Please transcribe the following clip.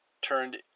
turned